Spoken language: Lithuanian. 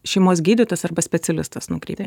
šeimos gydytojas arba specialistas nukreipė